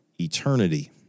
eternity